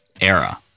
era